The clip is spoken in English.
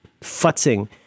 futzing